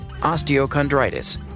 osteochondritis